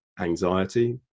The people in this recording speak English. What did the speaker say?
anxiety